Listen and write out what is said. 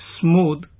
smooth